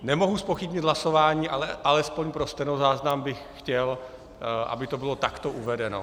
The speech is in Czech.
Nemohu zpochybnit hlasování, ale aspoň pro stenozáznam bych chtěl, aby to bylo takto uvedeno.